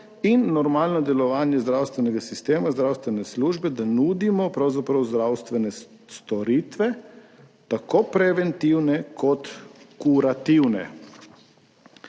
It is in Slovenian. in normalno delovanje zdravstvenega sistema, zdravstvene službe, da nudimo pravzaprav zdravstvene storitve, tako preventivne kot kurativne.